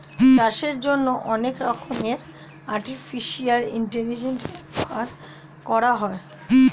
চাষের জন্যে অনেক রকমের আর্টিফিশিয়াল ইন্টেলিজেন্স ব্যবহার করা হয়